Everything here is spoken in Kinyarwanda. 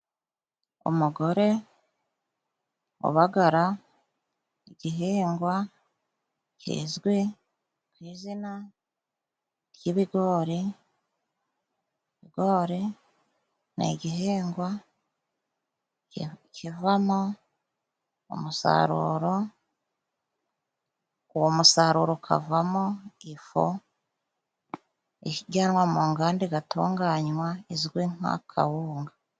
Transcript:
Umugore ubagara igihingwa kizwi ku izina ry'ibigori, ibigori ni igihingwa kivamo umusaruro, uwo musaruro ukavamo ifu ijyanwa mu nganda igatunganywa, izwi nka kawunga.